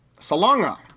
Salonga